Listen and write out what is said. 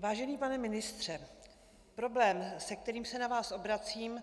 Vážený pane ministře, problém, se kterým se na vás obracím,